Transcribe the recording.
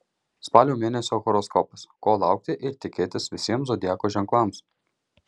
spalio mėnesio horoskopas ko laukti ir tikėtis visiems zodiako ženklams